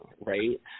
right